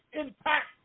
impact